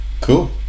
Cool